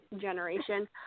generation